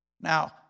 Now